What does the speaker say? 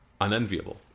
unenviable